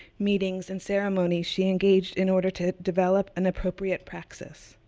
meetings and ceremonies, she engaged in order to develop an appropriate praxis.